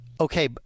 Okay